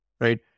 Right